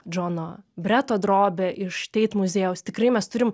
džono breto drobė iš teit muziejaus tikrai mes turim